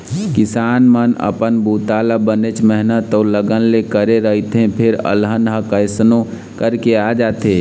किसान मन अपन बूता ल बनेच मेहनत अउ लगन ले करे रहिथे फेर अलहन ह कइसनो करके आ जाथे